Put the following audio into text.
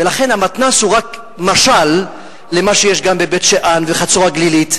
ולכן המתנ"ס הוא רק משל למה שיש גם בבית-שאן ובחצור-הגלילית.